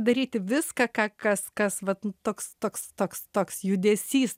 daryti viską ką kas kas vat toks toks toks toks judesys